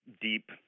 deep